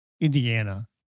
Indiana